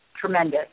tremendous